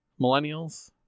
Millennials